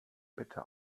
bitte